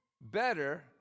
Better